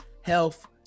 health